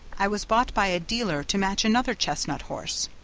i was bought by a dealer to match another chestnut horse.